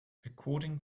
according